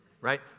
right